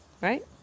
right